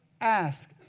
ask